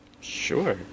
Sure